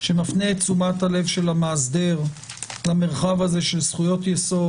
שמפנה את תשומת הלב של המאסדר למרחב של זכויות היסוד,